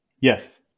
Yes